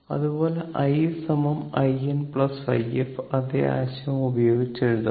അതുപോലെ i in i f അതേ ആശയം ഉപയോഗിച്ച് എഴുതാം